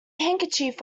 handkerchief